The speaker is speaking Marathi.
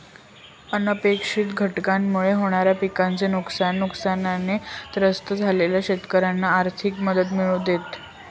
अनपेक्षित घटनांमुळे होणाऱ्या पिकाचे नुकसान, नुकसानाने त्रस्त झालेल्या शेतकऱ्यांना आर्थिक मदत मिळवून देणे